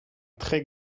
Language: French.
très